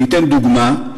ניתן דוגמה: